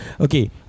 Okay